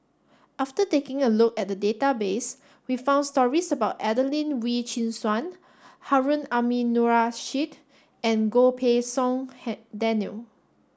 after taking a look at the database we found stories about Adelene Wee Chin Suan Harun Aminurrashid and Goh Pei Siong Daniel